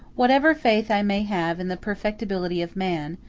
whatever faith i may have in the perfectibility of man,